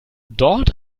dort